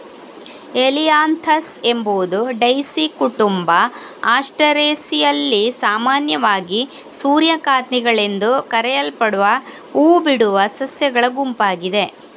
Helianthus ಎಂಬುದು daisy ಕುಟುಂಬ ಆಸ್ಟರೇಸಿಯಲ್ಲಿ ಸಾಮಾನ್ಯವಾಗಿ ಸೂರ್ಯಕಾಂತಿಗಳೆಂದು ಕರೆಯಲ್ಪಡುವ ಹೂ ಬಿಡುವ ಸಸ್ಯಗಳ ಗುಂಪಾಗಿದೆ